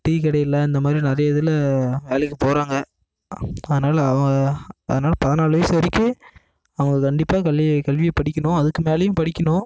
tea கடையில அந்த மாதிரி நிறைய இதில் வேலைக்கு போகறாங்க அதனால் அவங்க அதனால் பதினாலு வயசு வரைக்கு அவங்க கண்டிப்பாக கல்வி கல்வியை படிக்கணும் அதுக்கு மேலேயும் படிக்கணும்